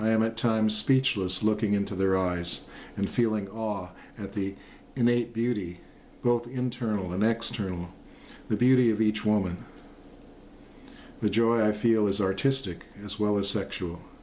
i am at times speechless looking into their eyes and feeling at the innate beauty both internal and external the beauty of each woman the joy i feel is artistic as well as sexual